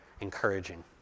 encouraging